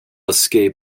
escape